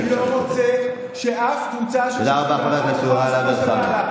אני לא רוצה שאף קבוצה של 61 תוכל לעשות מה שבא לה,